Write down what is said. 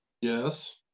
Yes